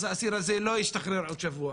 אז האסיר הזה לא ישתחרר עכשיו,